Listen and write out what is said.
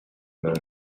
байв